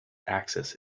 axis